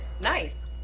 nice